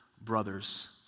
brothers